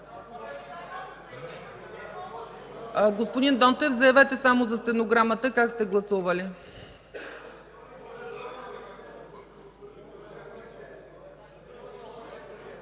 Господин Нотев, заявете само за стенограмата как сте гласували.